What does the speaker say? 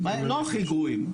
כן, לא הכי גרועים.